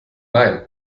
nein